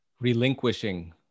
relinquishing